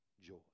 joy